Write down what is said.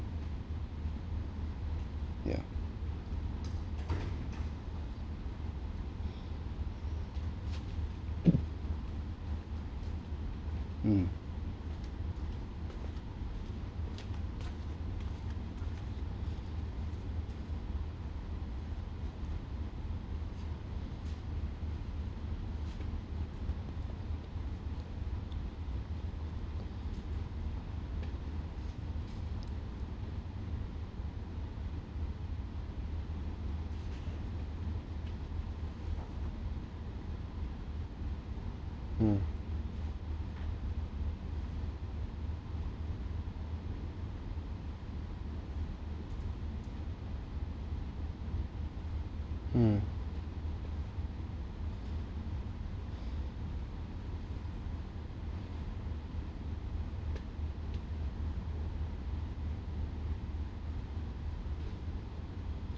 mm mm mm